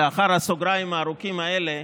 לאחר הסוגריים הארוכים האלה,